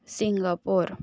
Singapore